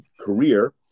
career